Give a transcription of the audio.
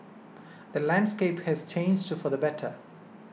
the landscape has changed for the better